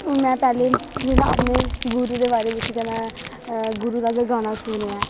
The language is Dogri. में पैह्लें जिन्ना अपने गुरु दे बारे बिच्च गै में गुरू दा गै गाना सुनेआ ऐ